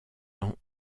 ans